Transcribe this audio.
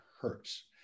hurts